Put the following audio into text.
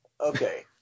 Okay